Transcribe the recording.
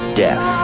death